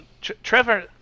Trevor